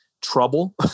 trouble